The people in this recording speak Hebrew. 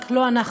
רק אנחנו לא.